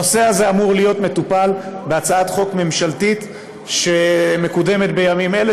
הנושא הזה אמור להיות מטופל בהצעת חוק ממשלתית שמקודמת בימים אלה,